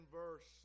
verse